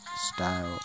style